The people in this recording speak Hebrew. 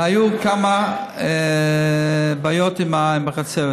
היו כמה בעיות עם החצבת.